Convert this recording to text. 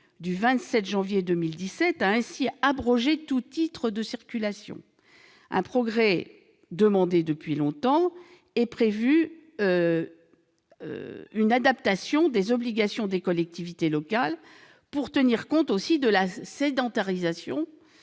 à la citoyenneté a ainsi abrogé tout titre de circulation, un progrès demandé depuis longtemps, et a prévu une adaptation des obligations des collectivités locales pour tenir compte de la sédentarisation